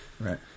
Right